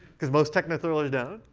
because most techno thrillers don't,